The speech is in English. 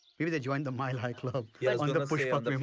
maybe they joined the mile high club yeah